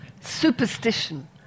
superstition